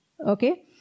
Okay